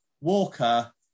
Walker